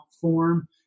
form